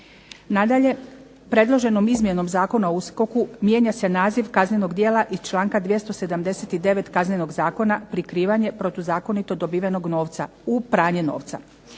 i organiziranog kriminaliteta mijenja se naziv kaznenog djela iz članka 279. Kaznenog zakona, prikrivanje protuzakonito dobivanje novca, u pranje novca.